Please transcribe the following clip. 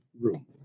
room